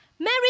Mary